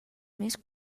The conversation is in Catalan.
més